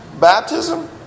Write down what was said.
baptism